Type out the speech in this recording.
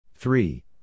Three